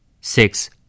six